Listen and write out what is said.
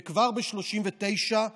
וכבר ב-1939,